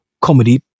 comedy